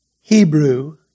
Hebrew